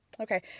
Okay